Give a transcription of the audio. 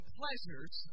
pleasures